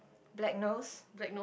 black nose